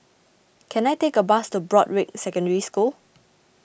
can I take a bus to Broadrick Secondary School